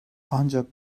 ancak